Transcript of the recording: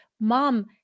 Mom